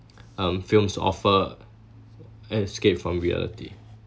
um films offer escape from reality